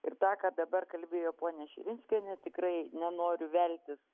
ir tą ką dabar kalbėjo ponia širinskienė tikrai nenoriu veltis